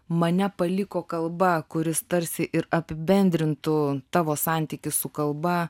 mane paliko kalba kuris tarsi ir apibendrintų tavo santykį su kalba